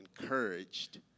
encouraged